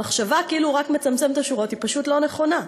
המחשבה כאילו הוא רק מצמצם את השורות היא פשוט לא נכונה.